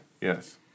Yes